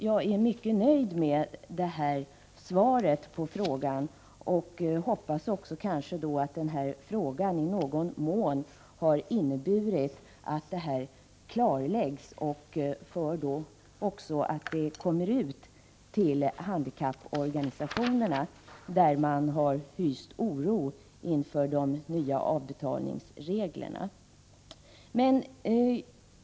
Jag är alltså mycket nöjd med det här svaret samt hoppas att frågan i någon mån har inneburit att saken har klarlagts och att detta når ut till handikapporganisationerna, där man har hyst oro inför de nya avbetalningsreglerna.